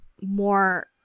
more